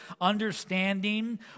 Understanding